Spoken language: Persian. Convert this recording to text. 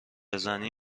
زنی